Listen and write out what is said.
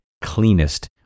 cleanest